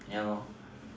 ya